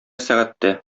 сәгатьтә